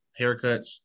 haircuts